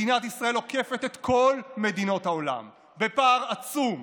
מדינת ישראל עוקפת את כל מדינות העולם בפער עצום.